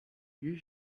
you